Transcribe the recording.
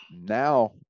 now